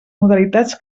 modalitats